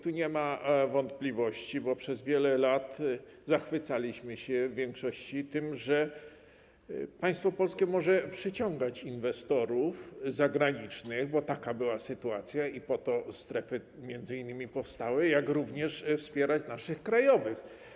Tu nie ma wątpliwości, bo przez wiele lat zachwycaliśmy się w większości tym, że państwo polskie może przyciągać inwestorów zagranicznych, bo taka była sytuacja i po to strefy m.in. powstały, jak również wspierać naszych, krajowych.